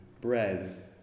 bread